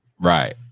Right